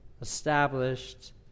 established